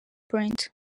print